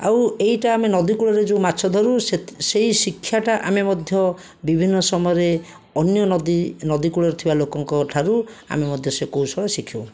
ଆଉ ଏଇଟା ଆମେ ନଦୀକୂଳରେ ଯେଉଁ ମାଛ ଧରୁ ସେହି ଶିକ୍ଷାଟା ଆମେ ମଧ୍ୟ ବିଭିନ୍ନ ସମୟରେ ଅନ୍ୟ ନଦୀ ନଦୀ କୂଳରେ ଥିବା ଲୋକଙ୍କଠାରୁ ଆମେ ମଧ୍ୟ ସେ କୌଶଳ ଶିଖୁ